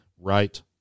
right